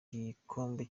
gikombe